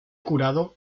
curado